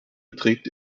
beträgt